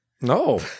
No